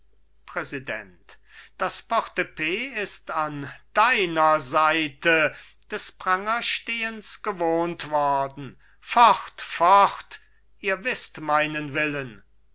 präsident das porte epe ist an deiner seite des prangerstehens gewohnt worden fort fort ihr wißt meinen willen